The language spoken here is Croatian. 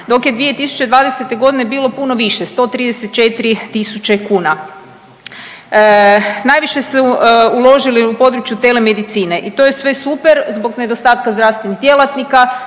dok je 2020. godine bilo puno više 134.000 kuna. najviše su uložili u područje telemedicine i to je sve super zbog nedostatka zdravstvenih djelatnika